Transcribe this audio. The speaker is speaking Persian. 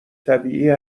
طبیعیه